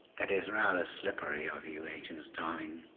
that is rather slippery of you, agent starling.